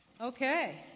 Okay